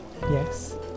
yes